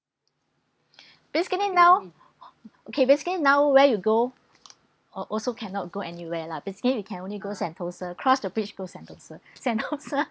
basically now okay basically now where you go oh also cannot go anywhere lah basically we can only go sentosa cross the bridge go sentosa sentosa